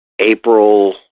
April